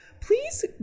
please